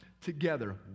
Together